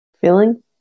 Feeling